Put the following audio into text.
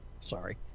Sorry